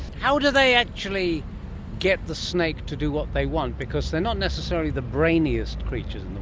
how do they actually get the snake to do what they want? because they're not necessarily the brainiest creatures